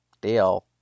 deal